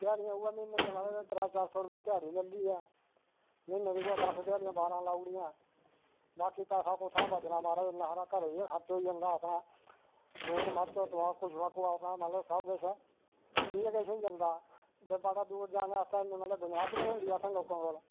ध्याड़ी उऐ म्हीने दियां महाराज त्रै चार सौ रुपया ध्याड़ी मिलदी ऐ म्हीने दी उ्ऐ दस ध्याडियां बाहरा लाई ओड़ियां बाकी पैसा कुत्थुआं बचना महाराज इन्ना सारा घरै च गै खर्च होई जंदा लून मर्च तंबाकू अपना मतलब सब किश इयै किश होई जंदा ते बड़ा दूर जाने आस्तै इन्ना मतलब गुंजाइश गै नेईं होंदी असें लोकें कोल